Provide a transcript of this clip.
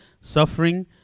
suffering